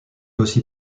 aussi